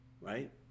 right